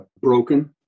broken